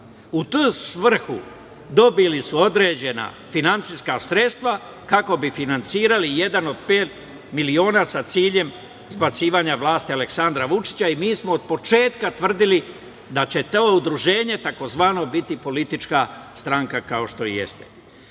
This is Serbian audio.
U tu svrhu dobili su određena finansijska sredstva kako bi finansirali „Jedan od pet miliona“, sa ciljem zbacivanja sa vlasti Aleksandra Vučića, i mi smo od početka tvrdili da će to udruženje tzv. biti politička stranka, kao što i jeste. Dragan